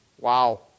Wow